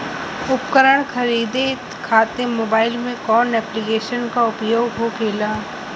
उपकरण खरीदे खाते मोबाइल में कौन ऐप्लिकेशन का उपयोग होखेला?